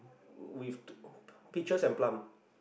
with two peaches and plum